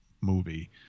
movie